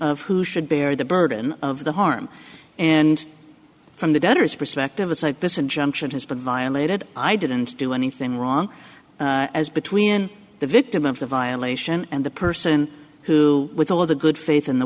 of who should bear the burden of the harm and from the debtors perspective aside this injunction has been violated i didn't do anything wrong as between the victim of the violation and the person who with all of the good faith in the